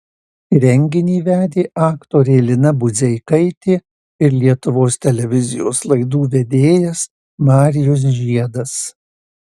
renginį vedė aktorė lina budzeikaitė ir lietuvos televizijos laidų vedėjas marijus žiedas